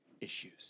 issues